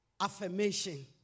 affirmation